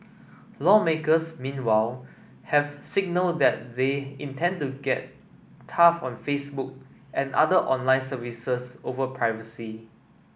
lawmakers meanwhile have signalled that they intend to get tough on Facebook and other online services over privacy